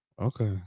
Okay